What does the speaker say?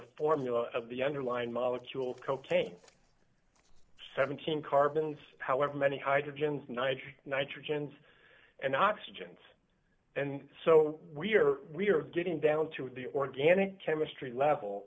formula d of the underlying molecule cocaine seventeen carbons however many hydrogen's nine nitrogen and oxygen and so we're getting down to the organic chemistry level